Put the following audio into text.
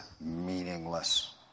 meaningless